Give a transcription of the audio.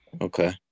Okay